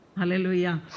Hallelujah